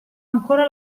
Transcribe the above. ancora